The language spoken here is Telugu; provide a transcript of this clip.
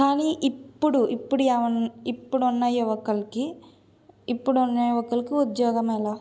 కానీ ఇప్పుడు ఇప్పుడు య ఇప్పుడు ఉన్న యువకులకి ఇప్పుడు ఉన్న యువకులకి ఉద్యోగం ఎలా